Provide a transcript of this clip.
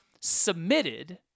submitted